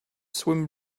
swim